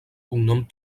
cognom